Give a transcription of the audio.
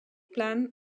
plan